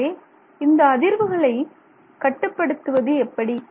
எனவே இந்த அதிர்வுகளை கட்டுப்படுத்துவது எப்படி